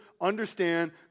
understand